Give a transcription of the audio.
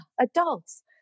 adults